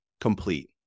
complete